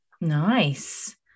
Nice